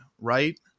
right